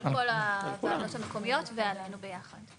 על כל הוועדות המקומיות ועלינו ביחד.